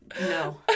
No